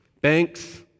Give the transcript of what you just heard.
Banks